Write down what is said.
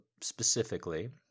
specifically